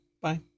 Bye